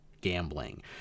gambling